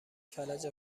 فلج